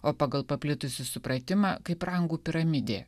o pagal paplitusį supratimą kaip rangų piramidė